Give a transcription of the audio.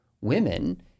women